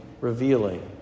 revealing